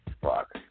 fuck